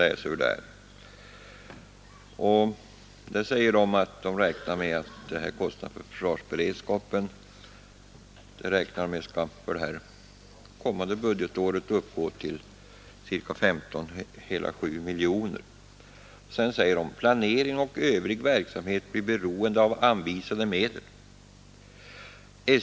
Där återges också SJ:s hemställan, enligt vilken SJ:s kostnader för försvarsberedskapen beräknas för kommande budgetår uppgå till ca 15,7 miljoner kronor. Det heter vidare: ”Planeringen och övrig verksamhet blir beroende av anvisade medel.